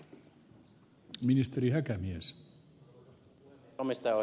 arvoisa puhemies